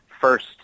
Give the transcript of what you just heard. first